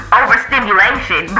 overstimulation